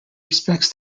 respects